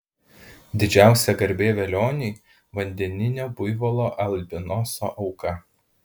didžiausia garbė velioniui vandeninio buivolo albinoso auka